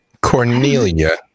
cornelia